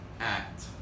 act